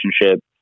relationship